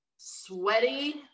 sweaty